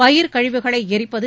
பயிர்க் கழிவுகளை எரிப்பது